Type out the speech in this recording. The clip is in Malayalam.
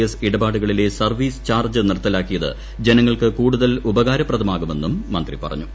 എസ് ഇടപാടുകളിലെ സർവ്വീസ് ചാർജ്ജ് നിർത്തലാക്കിയത് ജനങ്ങൾക്ക് കൂടുതൽ ഉപകാരപ്രദമാകുമെന്നും മന്ത്രി പറഞ്ഞു